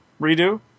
redo